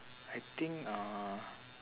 I think uh